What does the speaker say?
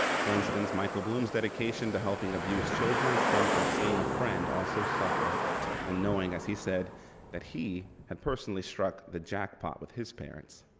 for instance michael bloom's dedication to helping abuse children stem from seeing a friend also suffer and knowing as he said that he had personally struck the jackpot with his parents.